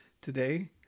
today